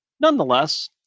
Nonetheless